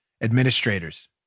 administrators